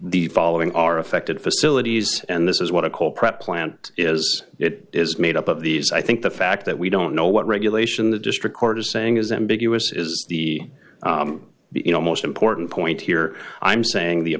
the following are affected facilities and this is what a coal prep plant is it is made up of these i think the fact that we don't know what regulation the district court is saying is ambiguous is the most important point here i'm saying the